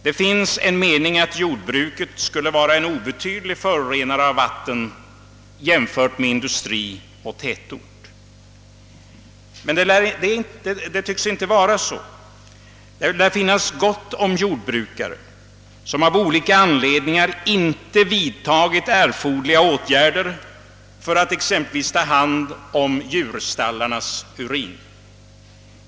Det finns de som menar att jordbruket är en obetydlig förorenare av vatten jämfört med industrier och tätorter. Men det tycks inte vara så. Det lär finnas gott om jordbrukare som av olika anledningar inte vidtagit erforderliga åtgärder för att exempelvis ta hand om urinen från djurstallarna.